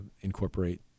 incorporate